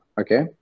okay